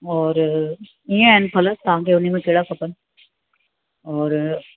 और इअं आहिनि फल तव्हांखे उन्ही में कहिड़ा खपनि और